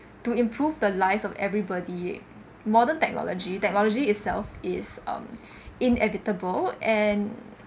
to improve the lives of everybody modern technology technology itself is um inevitable and